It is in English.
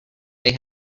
they